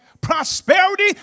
Prosperity